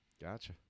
Gotcha